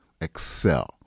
excel